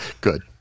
good